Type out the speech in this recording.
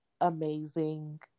amazing